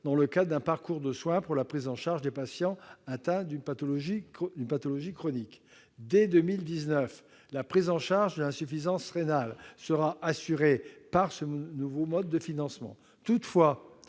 dans le cadre d'un parcours de soins, pour la prise en charge des patients atteints d'une pathologie chronique. Dès 2019, la prise en charge de l'insuffisance rénale sera assurée par ce nouveau mode de financement. Toutefois,